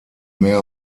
mehr